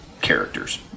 characters